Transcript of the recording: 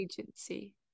agency